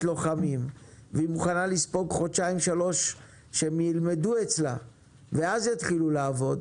לוחמים והיא מוכנה לספוג חודשיים-שלושה שהם ילמדו אצלה ואז יתחילו לעבוד,